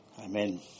Amen